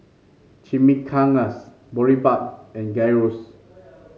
Chimichangas Boribap and Gyros